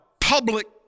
public